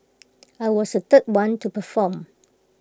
I was the third one to perform